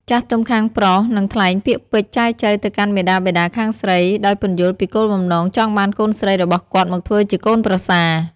ចាស់ទុំខាងប្រុសនឹងថ្លែងពាក្យពេចន៍ចែចូវទៅកាន់មាតាបិតាខាងស្រី ដោយពន្យល់ពីគោលបំណងចង់បានកូនស្រីរបស់គាត់មកធ្វើជាកូនប្រសា។